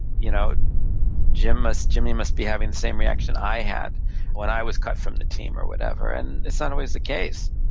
you know jimmy must jimmy must be having the same reaction i had when i was cut from the team, or whatever. and it's not always the case.